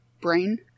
brain